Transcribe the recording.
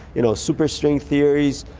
you know, superstring theories,